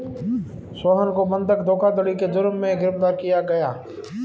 सोहन को बंधक धोखाधड़ी के जुर्म में गिरफ्तार किया गया